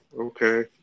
okay